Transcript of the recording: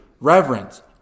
reverence